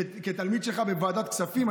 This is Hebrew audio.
כתלמיד שלך בוועדת כספים,